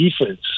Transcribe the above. defense